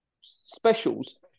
Specials